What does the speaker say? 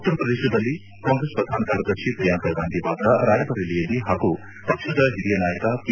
ಉತ್ತರ ಪ್ರದೇಶದಲ್ಲಿ ಕಾಂಗೆಸ್ ಪ್ರಧಾನ ಕಾರ್ಯದರ್ಶಿ ಪ್ರಿಯಾಂಕ ಗಾಂಧಿ ವಾಡ್ರಾ ರಾಯ್ಬರೇಲಿಯಲ್ಲಿ ಹಾಗೂ ಪಕ್ಷದ ಹಿರಿಯ ನಾಯಕ ಪಿ